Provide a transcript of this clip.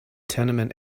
tenement